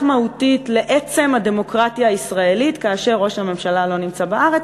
מהותית לעצם הדמוקרטיה הישראלית כאשר ראש הממשלה לא נמצא בארץ.